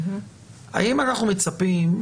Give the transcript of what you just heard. האם אנחנו מצפים,